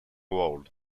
world